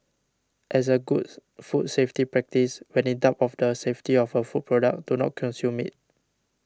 as a good food safety practice when in doubt of the safety of a food product do not consume it